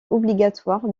obligatoire